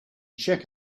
check